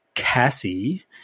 Cassie